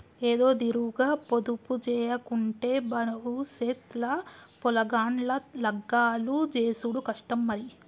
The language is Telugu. ఏదోతీరుగ పొదుపుజేయకుంటే బవుసెత్ ల పొలగాండ్ల లగ్గాలు జేసుడు కష్టం మరి